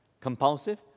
Compulsive